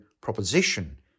proposition